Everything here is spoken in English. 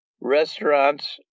restaurants